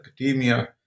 academia